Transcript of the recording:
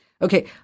Okay